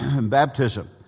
baptism